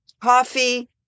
Coffee